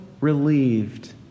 relieved